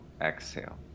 exhale